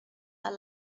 are